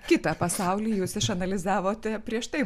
kitą pasaulį jūs išanalizavote prieš tai